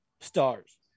stars